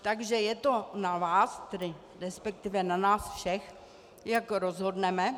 Takže je to na vás, tedy resp. na nás všech, jak rozhodneme.